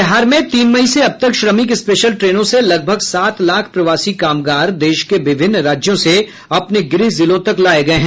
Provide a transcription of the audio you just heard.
बिहार में तीन मई से अब तक श्रमिक स्पेशल ट्रेनों से लगभग सात लाख प्रवासी कामगार देश के विभिन्न राज्यों से अपने गृह जिलों तक लाये गये हैं